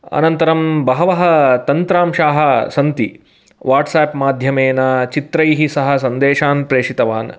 अनन्तरं बहवः तन्त्रांशाः सन्ति वाट्साप् माध्यमेन चित्रैः सह सन्देशान् प्रेषितवान्